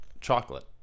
chocolate